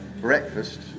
breakfast